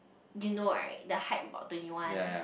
you know right the hype about twenty one